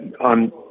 on